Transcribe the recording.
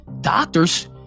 doctors